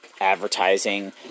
advertising